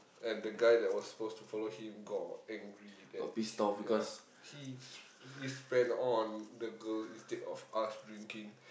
and the guy that was supposed to follow him got angry that ya he he spend on the girl instead of us drinking